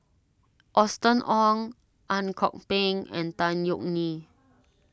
Austen Ong Ang Kok Peng and Tan Yeok Nee